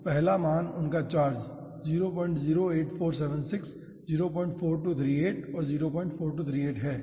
तो पहला मान उनका चार्ज 008476 04238 04238 है